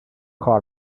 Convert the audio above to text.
کار